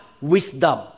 wisdom